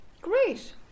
great